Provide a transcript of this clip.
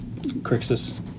Crixus